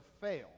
fail